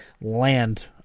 land